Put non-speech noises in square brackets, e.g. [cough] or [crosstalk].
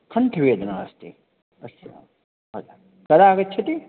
कण्ठवेदना अस्ति [unintelligible] कदा आगच्छाति